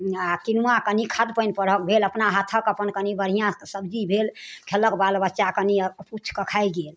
आ किनुआ कनि खाद पानि परहक भेल अपना हाथक अपन कनि बढ़िऑं सब्जी भेल खेलक बाल बच्चा कनि अपोछके खाए गेल